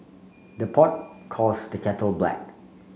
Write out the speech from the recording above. the pot calls the kettle black